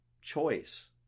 choice